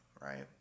right